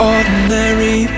Ordinary